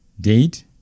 date